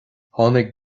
tháinig